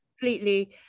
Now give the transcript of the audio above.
completely